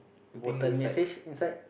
was the message inside